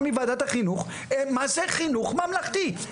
מוועדת החינוך מה זה חינוך ממלכתי.